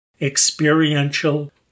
Experiential